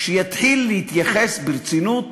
שיתחיל להתייחס ברצינות